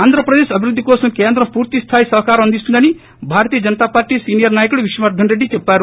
ఆంధ్రప్రదేక్ అభివృద్ది కోసం కేంద్రం పూర్తి స్థాయి సహకారం అందిస్తుందని భారతీయ జనతాపార్లీ సీనియర్ నాయకుడు విష్ణువర్దన్రెడ్డి చెప్పారు